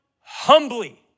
humbly